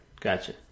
Gotcha